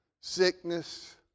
sickness